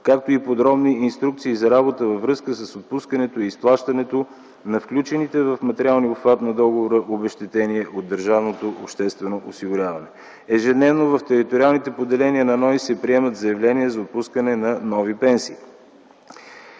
както и подробни инструкции за работа във връзка с отпускането и изплащането на включените в материалния обхват на договора обезщетения от държавното обществено осигуряване. Ежедневно в териториалните поделения на НОИ се приемат заявления за отпускане на нови пенсии.